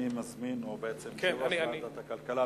אני מזמין את יושב-ראש ועדת הכלכלה, בבקשה.